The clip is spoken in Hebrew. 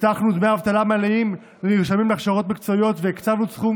הבטחנו דמי אבטלה מלאים לנרשמים להכשרות מקצועיות והקצבנו סכום